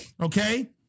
okay